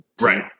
right